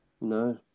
No